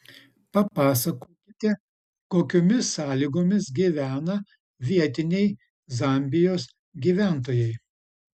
papasakokite kokiomis sąlygomis gyvena vietiniai zambijos gyventojai